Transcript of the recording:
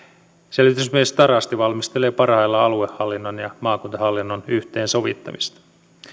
selvitysmies tarasti valmistelee parhaillaan aluehallinnon ja maakuntahallinnon yhteensovittamista